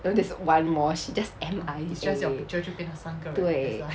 there's one more she just M_I_A 对